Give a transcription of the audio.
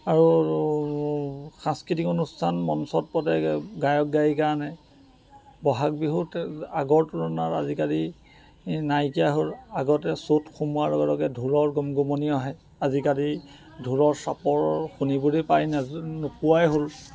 আৰু সাংস্কৃতিক অনুষ্ঠান মঞ্চত প্ৰত্যেকে গায়ক গায়িকা আনে বহাগ বিহুত আগৰ তুলনাত আজিকালি নাইকিয়া হ'ল আগতে চ'ত সোমোৱাৰ লগে লগে ঢোলৰ গুমগুমনি আহে আজিকালি ঢোলৰ চাপৰ শুনিবলৈ পায় নোপোৱাই হ'ল